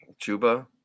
chuba